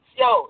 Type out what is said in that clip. yo